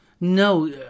No